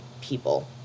people